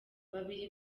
babiri